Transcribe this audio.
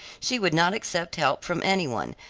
she would not accept help from any one,